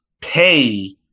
pay